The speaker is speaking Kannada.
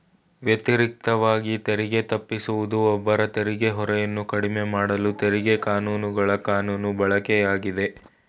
ವ್ಯತಿರಿಕ್ತವಾಗಿ ತೆರಿಗೆ ತಪ್ಪಿಸುವುದು ಒಬ್ಬರ ತೆರಿಗೆ ಹೊರೆಯನ್ನ ಕಡಿಮೆಮಾಡಲು ತೆರಿಗೆ ಕಾನೂನುಗಳ ಕಾನೂನು ಬಳಕೆಯಾಗಿದೆ